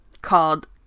called